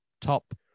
Top